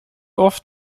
oft